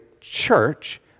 church